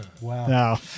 wow